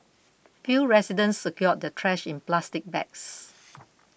few residents secured their trash in plastic bags